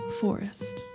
forest